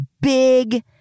big